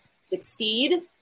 succeed